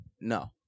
No